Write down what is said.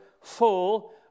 full